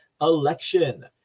election